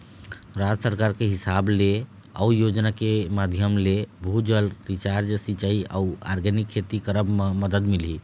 राज सरकार के हिसाब ले अउ योजना के माधियम ले, भू जल रिचार्ज, सिंचाई अउ आर्गेनिक खेती करब म मदद मिलही